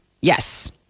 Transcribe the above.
Yes